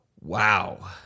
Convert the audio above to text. Wow